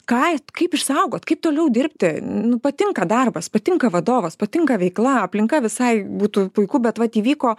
ką kaip išsaugot kaip toliau dirbti nu patinka darbas patinka vadovas patinka veikla aplinka visai būtų puiku bet vat įvyko